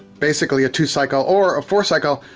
basically, a two cycle, or a four cycle,